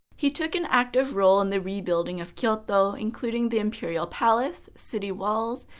he took an active role in the rebuilding of kyoto, including the imperial palace, city walls,